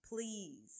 Please